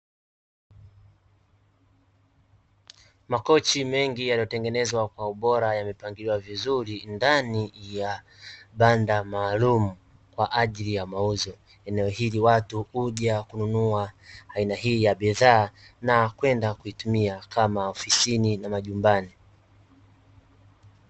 Makochi mengi yanatengenezwa kwa ubora yamepangiliwa vizuri ndani ya banda maalumu kwa ajili ya mauzo. Eneo hili watu huja kununua aina hii ya bidhaa na kwenda kuitumia kama ofisini na majumbani.